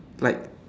like